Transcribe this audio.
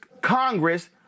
Congress